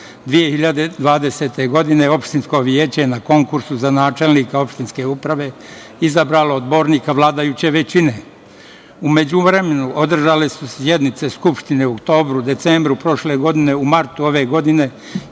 2020. godine, Opštinsko veće je na konkursu za načelnika Opštinske uprave izabralo odbornika vladajuće većine. U međuvremenu, održale su se sednice Skupštine u oktobru, decembru prošle godine, kao i u martu ove godine,